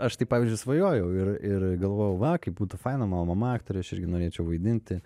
aš tai pavyzdžiui svajojau ir ir galvojau va kaip būtų faina mano mama aktorė aš irgi norėčiau vaidinti